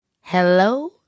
Hello